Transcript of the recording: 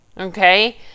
okay